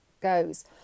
goes